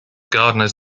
gardeners